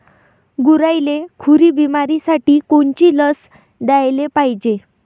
गुरांइले खुरी बिमारीसाठी कोनची लस द्याले पायजे?